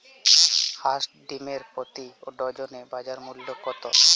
হাঁস ডিমের প্রতি ডজনে বাজার মূল্য কত?